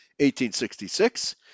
1866